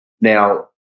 Now